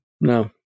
no